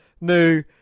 new